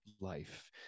life